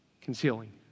concealing